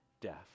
death